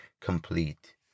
complete